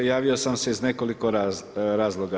Javio sam se iz nekoliko razloga.